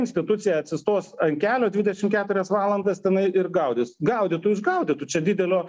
institucija atsistos ant kelio dvidešim keturias valandas tenai ir gaudys gaudytų išgaudytų čia didelio